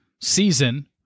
season